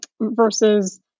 versus